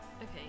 Okay